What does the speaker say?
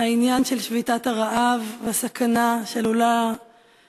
העניין של שביתת הרעב והסכנה שעלולה